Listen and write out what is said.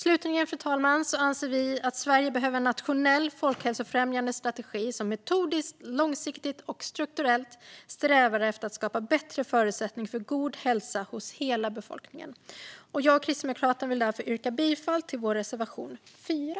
Slutligen, fru talman, anser vi att Sverige behöver en nationell folkhälsofrämjande strategi som metodiskt, långsiktigt och strukturerat strävar efter att skapa bättre förutsättningar för god hälsa hos hela befolkningen. Jag och Kristdemokraterna vill därför yrka bifall till vår reservation 4.